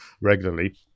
regularly